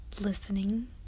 listening